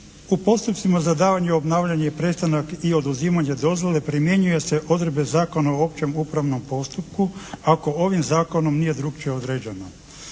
"U postupcima za davanje, obnavljanje i prestanak i oduzimanje dozvole primjenjuju se odredbe Zakona o općem upravnom postupku ako ovim zakonom nije drukčije određeno.".